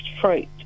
fruit